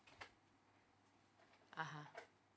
(uh huh)